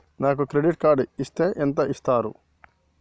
నాకు credit card ఇస్తే ఎంత ఇస్తరు?